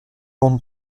demande